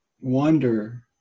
wonder